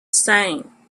same